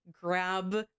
grab